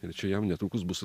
ir čia jam netrukus bus